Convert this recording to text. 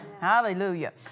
Hallelujah